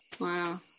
wow